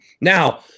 Now